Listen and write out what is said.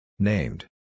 Named